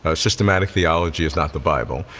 ah systematic theology is not the bible.